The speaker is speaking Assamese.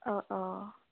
অঁ অঁ